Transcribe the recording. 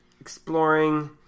exploring